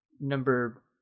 number